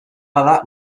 bada